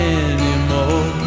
anymore